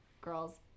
girls